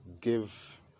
give